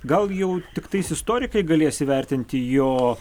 gal jau tiktais istorikai galės įvertinti jo